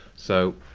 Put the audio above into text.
so,